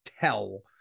tell